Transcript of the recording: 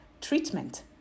treatment